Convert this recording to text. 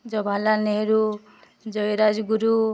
Jawaharlal Nehru Jayee Rajguru